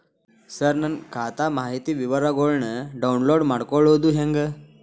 ಸರ ನನ್ನ ಖಾತಾ ಮಾಹಿತಿ ವಿವರಗೊಳ್ನ, ಡೌನ್ಲೋಡ್ ಮಾಡ್ಕೊಳೋದು ಹೆಂಗ?